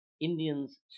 Indians